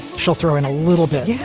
she'll throw in a little bit. yeah